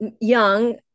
young